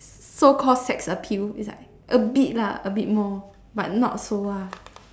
so called sex appeal it's like a bit lah a bit more but not so lah